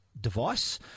Device